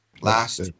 last